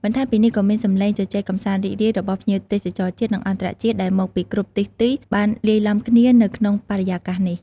បន្ថែមពីនេះក៏មាន សំឡេង ជជែកកម្សាន្តរីករាយ របស់ភ្ញៀវទេសចរជាតិ និងអន្តរជាតិដែលមកពីគ្រប់ទិសទី បានលាយឡំគ្នានៅក្នុងបរិយាកាសនេះ។